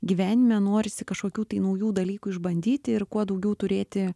gyvenime norisi kažkokių tai naujų dalykų išbandyti ir kuo daugiau turėti